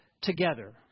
together